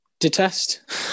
Detest